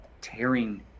tearing